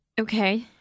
Okay